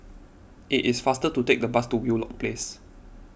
it is faster to take the bus to Wheelock Place